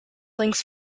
links